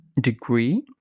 degree